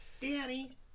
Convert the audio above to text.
Daddy